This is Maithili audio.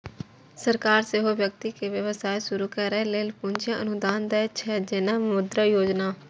सरकार सेहो व्यक्ति कें व्यवसाय शुरू करै लेल पूंजी अनुदान दै छै, जेना मुद्रा योजना